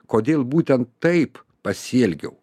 kodėl būtent taip pasielgiau